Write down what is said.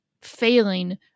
failing